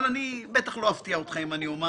אני בטח לא אפתיע אותך אם אני אומר